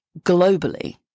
globally